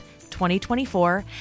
2024